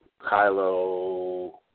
Kylo